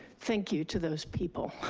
thank you to those people.